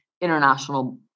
international